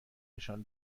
نشان